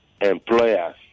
employers